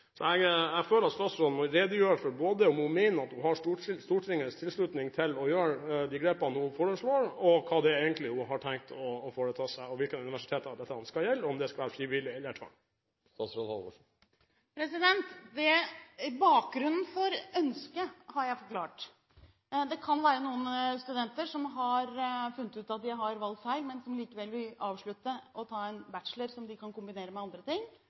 Så jeg føler at statsråden må redegjøre for om hun mener hun har Stortingets tilslutning til å gjøre de grepene hun foreslår, hva hun egentlig har tenkt å foreta seg, og hvilke universiteter dette skal gjelde – og om det skal være frivillighet eller tvang. Bakgrunnen for ønsket har jeg forklart. Det kan være noen studenter som har funnet ut at de har valgt feil, men som likevel vil avslutte og ta en bachelor som de kan kombinere med andre ting.